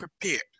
prepared